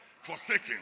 forsaken